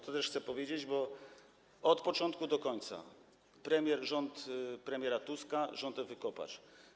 To też chcę powiedzieć, bo to od początku do końca premier, rząd premiera Tuska, rząd Ewy Kopacz.